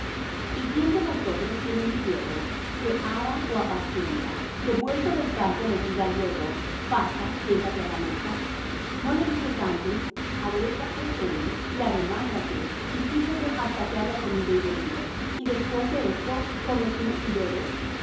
y quién de vosotros tiene un siervo que ara ó apacienta que vuelto del campo le diga luego pasa siéntate á la mesa no le dice antes adereza qué cene y arremángate y sírveme hasta que haya comido y bebido y después de esto come tú y bebe